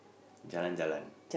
jalan-jalan